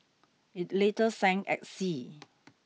it later sank at sea